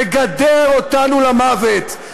לגדר אותנו למוות.